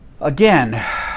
Again